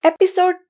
Episode